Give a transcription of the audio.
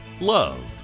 Love